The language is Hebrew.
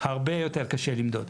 הרבה יותר קשה למדוד.